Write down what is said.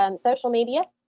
um social media